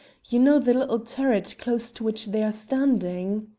you know the little turret close to which they are standing?